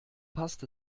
passt